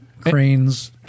Cranes